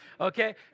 Okay